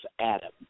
Adam